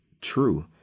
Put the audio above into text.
true